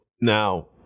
now